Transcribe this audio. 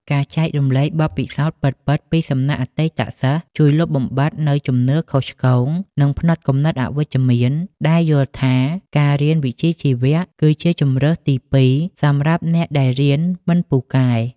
ការចែករំលែកបទពិសោធន៍ពិតៗពីសំណាក់អតីតសិស្ស ជួយលុបបំបាត់នូវជំនឿខុសឆ្គង និងផ្នត់គំនិតអវិជ្ជមានដែលយល់ថា ការរៀនវិជ្ជាជីវៈគឺជាជម្រើសទីពីរសម្រាប់អ្នកដែលរៀនមិនពូកែ។